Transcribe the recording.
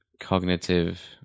cognitive